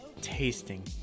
Tasting